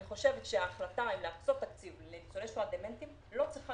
אני חושבת שההחלטה אם להקצות תקציב לניצולי שואה דמנטיים לא צריכה